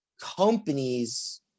companies